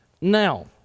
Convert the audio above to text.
Now